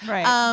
Right